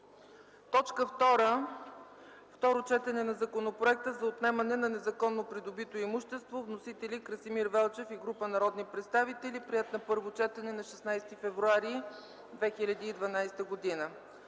г. 2. Второ четене на Законопроекта за отнемане на незаконно придобито имущество – вносители Красимир Велчев и група народни представители. Приет е на първо четене на 16 февруари 2012 г.